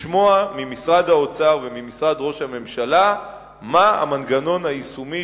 לשמוע ממשרד האוצר וממשרד ראש הממשלה מה המנגנון היישומי